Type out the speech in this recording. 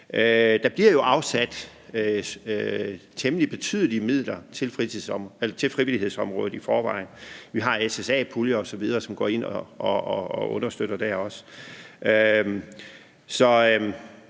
Der bliver jo afsat temmelig betydelige midler til frivillighedsområdet i forvejen. Vi har SSA-puljer osv., som går ind og understøtter dér også.